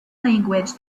language